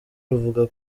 ruvuga